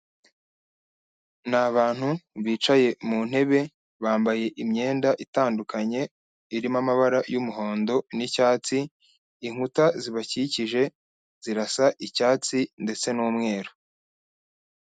Ni abantu bicaye mu ntebe bambaye imyenda itandukanye irimo amabara y'umuhondo n'icyatsi, inkuta zibakikije zirasa icyatsi ndetse n'umweru.